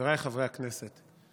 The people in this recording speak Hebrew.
חבריי חברי הכנסת,